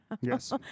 yes